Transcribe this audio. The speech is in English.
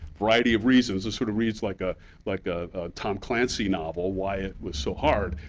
variety of reasons this sort of reads like ah like a tom clancy novel, why it was so hard,